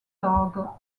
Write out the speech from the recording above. largo